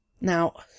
Now